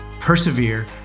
persevere